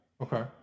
Okay